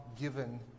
given